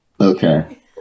Okay